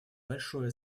большое